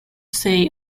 say